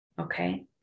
Okay